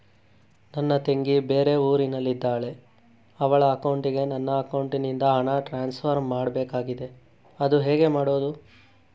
ನನ್ನ ತಂಗಿ ಬೇರೆ ಊರಿನಲ್ಲಿದಾಳೆ, ಅವಳ ಅಕೌಂಟಿಗೆ ನನ್ನ ಅಕೌಂಟಿನಿಂದ ಹಣ ಟ್ರಾನ್ಸ್ಫರ್ ಮಾಡ್ಬೇಕಾಗಿದೆ, ಅದು ಹೇಗೆ ಮಾಡುವುದು?